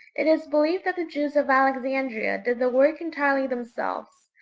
it is believed that the jews of alexandria did the work entirely themselves,